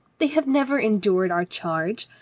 they have never endured our charge.